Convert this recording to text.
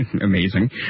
amazing